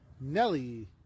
Nelly